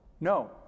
no